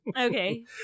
okay